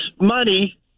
money